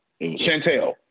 Chantel